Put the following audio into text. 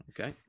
Okay